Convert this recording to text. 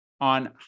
On